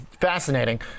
Fascinating